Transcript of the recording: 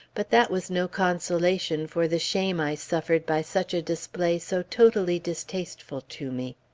but that was no consolation for the shame i suffered by such a display so totally distasteful to me.